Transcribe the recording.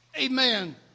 amen